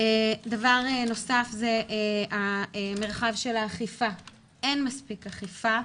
דבר נוסף זה המרחב של האכיפה, אין מספיק אכיפה,